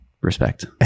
respect